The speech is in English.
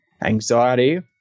anxiety